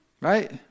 right